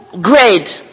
grade